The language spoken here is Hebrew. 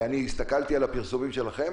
הסתכלתי על הפרסומים שלכם